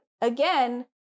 again